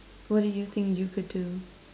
what do you think you could do